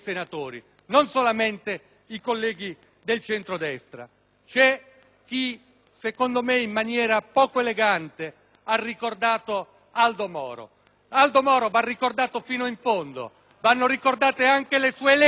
chi, secondo me in maniera poco elegante, ha ricordato Aldo Moro. Aldo Moro va ricordato fino in fondo; vanno ricordate anche le sue lettere dal carcere, che sono quelle che ci dicono